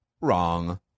Wrong